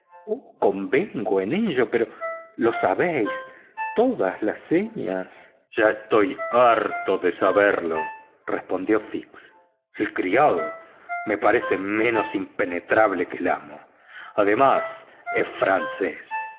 convengo en ello pero ya sabéis todas las señas ya estoy harto de saberlo respondió fix el criado me parece menos impenetrable que el amo además es francés